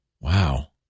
Wow